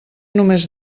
només